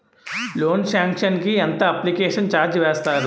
Loan sanction కి ఎంత application charge వేస్తారు?